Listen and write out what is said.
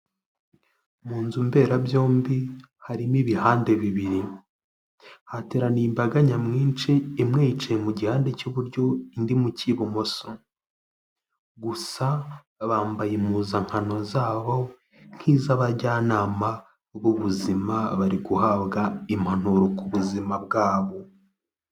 Mu nzu mberabyombi harimo ibihande bibiri, hateraniye imbaga nyamwinshi, imwe yicaye mu gihandade cy'iburyo, indi mu k'ibumoso, gusa bambaye impuzankano zabo nk'iz'abajyanama b'ubuzima, bari guhabwa impanuro ku buzima bwabo.